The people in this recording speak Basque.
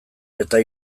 eta